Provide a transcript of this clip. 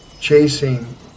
chasing